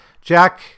Jack